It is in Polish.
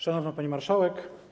Szanowna Pani Marszałek!